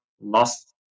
lost